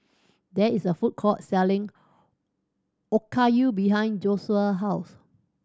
there is a food court selling Okayu behind Josiah house